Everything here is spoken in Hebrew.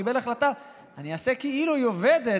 קיבל החלטה: אני אעשה כאילו היא עובדת.